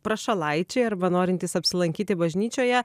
prašalaičiai arba norintys apsilankyti bažnyčioje